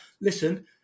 listen